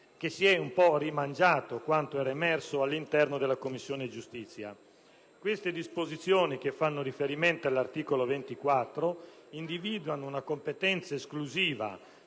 che si è rimangiato quanto emerso all'interno della Commissione giustizia. Queste disposizioni, che fanno riferimento all'articolo 24, individuano una competenza esclusiva,